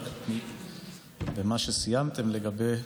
לגבי מה שסיימתם בו,